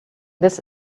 this